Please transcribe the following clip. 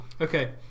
Okay